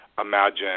imagine